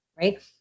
right